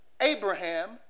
Abraham